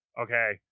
okay